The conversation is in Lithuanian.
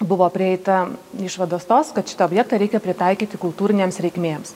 buvo prieita išvados tos kad šitą objektą reikia pritaikyti kultūrinėms reikmėms